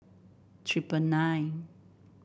triple nine